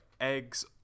eggs